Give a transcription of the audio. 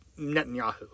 Netanyahu